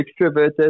extroverted